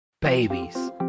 Babies